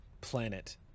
planet